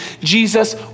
Jesus